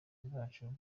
bacu